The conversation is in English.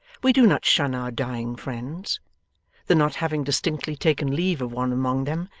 we do not shun our dying friends the not having distinctly taken leave of one among them,